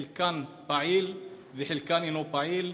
חלקם פעילים וחלקם אינם פעילים,